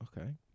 Okay